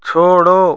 छोड़ो